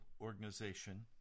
organization